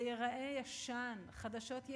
זה ייראה ישן, חדשות ישנות,